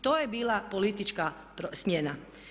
To je bila politička smjena.